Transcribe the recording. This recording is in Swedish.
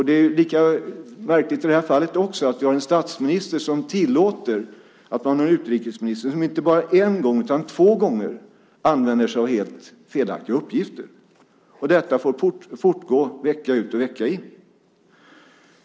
Det är lika märkligt i detta fall att vi har en statsminister som tillåter att man har en utrikesminister som inte bara en gång utan två gånger använder sig av helt felaktiga uppgifter, och detta får fortgå vecka ut och vecka in.